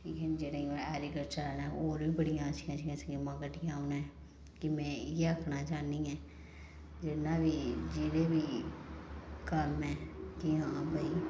ठीक न जेह्ड़ी ऐग्रीकल्चर आह्लें होर बी बड़ियां ऐसियां ऐसियां स्कीमां कड्ढियां उ'नें कि में इ'यै आखनां चाह्न्नी आं जिन्ना बी जेह्ड़ी बी कम्म ऐ कि हां भाई